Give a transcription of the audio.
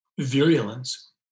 virulence